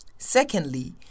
Secondly